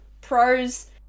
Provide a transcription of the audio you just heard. pros